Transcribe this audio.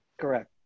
Correct